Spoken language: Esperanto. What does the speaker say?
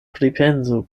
pripensu